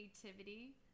creativity